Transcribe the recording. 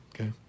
Okay